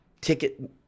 ticket